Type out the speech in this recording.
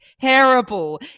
terrible